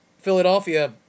Philadelphia